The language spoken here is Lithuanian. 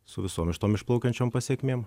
su visom šitom išplaukiančiom pasekmėm